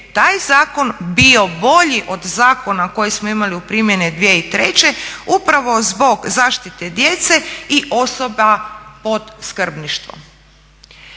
taj zakon bio bolji koji smo imali u primjeni 2003.upravo zbog zaštite djece i osoba pod skrbništvom.